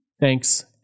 Thanks